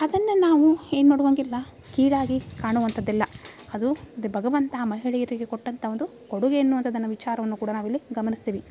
ಅದನ್ನು ನಾವು ಏನು ಮಾಡೋವಂಗಿಲ್ಲ ಕೀಳಾಗಿ ಕಾಣುವಂಥದ್ದೆಲ್ಲ ಅದು ದ ಭಗವಂತ ಮಹಿಳೆಯರಿಗೆ ಕೊಟ್ಟಂಥ ಒಂದು ಕೊಡುಗೆ ಅನ್ನುವಂಥದ್ದನ್ನ ವಿಚಾರವನ್ನು ಕೂಡ ನಾವಿಲ್ಲಿ ಗಮನಿಸ್ತೀವಿ